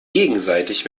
gegenseitig